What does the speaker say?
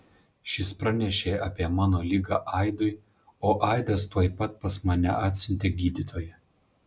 šis pranešė apie mano ligą aidui o aidas tuoj pat pas mane atsiuntė gydytoją